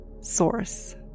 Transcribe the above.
source